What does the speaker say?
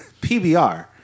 PBR